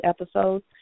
episodes